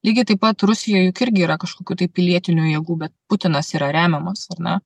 lygiai taip pat rusijoj juk irgi yra kažkokių tai pilietinių jėgų bet putinas yra remiamas ar ne